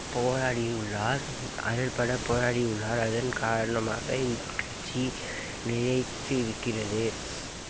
போராடி உள்ளார் அயற்பட போராடி உள்ளார் அதன் காரணமாக இந்த கட்சி நிலைத்து நிற்கிறது